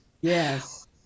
Yes